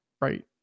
right